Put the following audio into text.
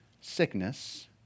sickness